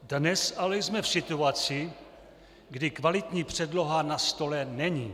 Dnes ale jsme v situaci, kdy kvalitní předloha na stole není.